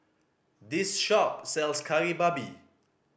this shop sells Kari Babi